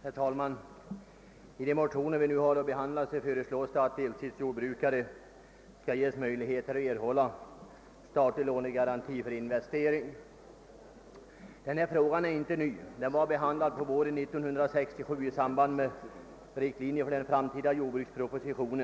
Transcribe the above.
Herr talman! I de motioner vi nu har att behandla föreslås att deltidsjordbrukare skall ges möjligheter att erhålla statlig lånegaranti för investering. Denna fråga är inte ny; den diskuterades våren 1967 i samband med förslaget om riktlinjer för den framtida jordbrukspolitiken, då